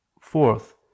Fourth